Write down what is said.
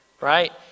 right